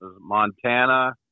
Montana